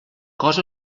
cosa